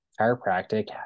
chiropractic